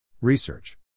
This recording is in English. Research